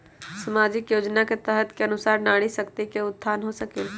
सामाजिक योजना के तहत के अनुशार नारी शकति का उत्थान हो सकील?